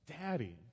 Daddy